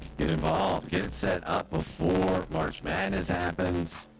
get involved get it set up before march madness happens.